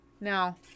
Now